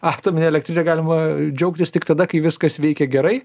atomine elektrine galima džiaugtis tik tada kai viskas veikia gerai